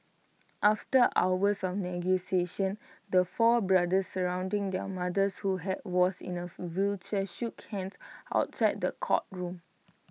after hours of negotiations the four brothers surrounding their mothers who was in A wheelchair shook hands outside the courtroom